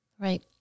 Right